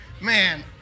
man